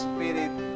Spirit